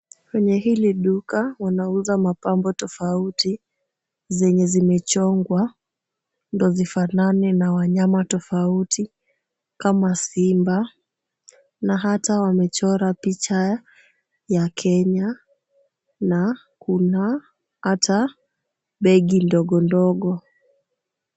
Kwenye hili duka. Wanauza mapambo tofauti zenye zimechongwa. Ndio zifanane na wanyama tofauti kama simba, na hata wamechora picha ya Kenya. Na kuna hata begi ndogo ndogo.